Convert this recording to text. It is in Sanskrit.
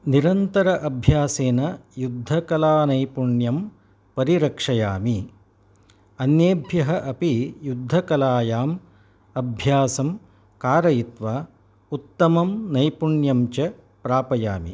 निरन्तर अभ्यासेन युद्धकलानैपुण्यं परिरक्षयामि अन्येभ्यः अपि युद्धकलायाम् अभ्यासं कारयित्वा उत्तमं नैपुण्यं च प्रापयामि